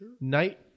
Night